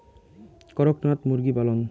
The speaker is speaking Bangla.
করকনাথ মুরগি পালন?